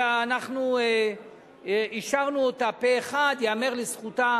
ואנחנו אישרנו אותה פה-אחד, ייאמר לזכותה